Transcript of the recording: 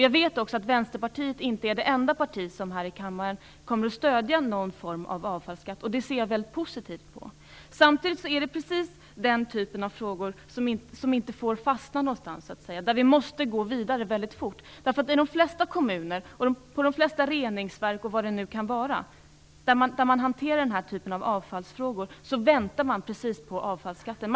Jag vet också att Vänsterpartiet inte är det enda partiet som i denna kammare kommer att stödja någon form av avfallsskatt, något som jag ser väldigt positivt på. Samtidigt är det precis den typen av frågor som inte får fastna någonstans, utan där måste vi gå vidare väldigt fort. I de flesta kommuner, reningsverk etc. där den här typen av avfallsfrågor hanteras väntar man just på avfallsskatten.